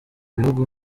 bihugu